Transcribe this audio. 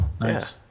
Nice